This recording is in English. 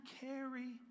carry